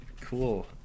Cool